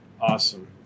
awesome